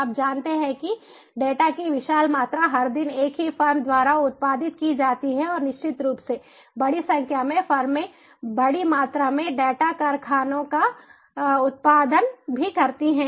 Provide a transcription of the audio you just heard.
आप जानते हैं कि डेटा की विशाल मात्रा हर दिन एक ही फर्म द्वारा उत्पादित की जाती है और निश्चित रूप से बड़ी संख्या में फर्में बड़ी मात्रा में डेटा कारखानों का उत्पादन भी करती हैं